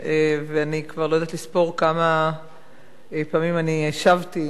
ואני כבר לא יודעת לספור כמה פעמים אני השבתי